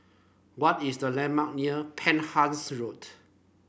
what is the landmark near Penhas Road